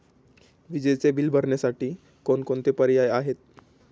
विजेचे बिल भरण्यासाठी कोणकोणते पर्याय आहेत?